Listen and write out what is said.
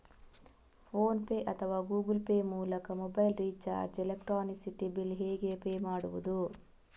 Phone pay ಅಥವಾ Google Pay ಮೂಲಕ mobile recharge, electricity bill ಹೇಗೆ ಪೇ ಮಾಡುವುದು?